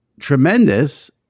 tremendous